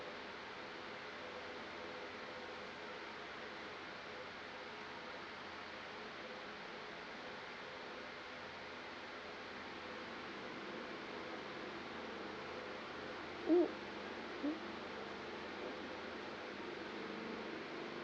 mm mm